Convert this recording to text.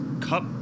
cup